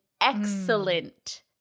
excellent